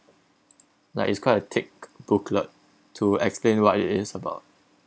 like it's quite a thick booklet to explain what it is about